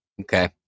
Okay